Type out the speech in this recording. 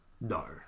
No